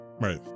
right